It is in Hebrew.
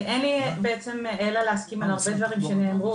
אין לי בעצם אלא להסכים על הרבה דברים שנאמרו.